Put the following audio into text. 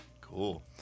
Cool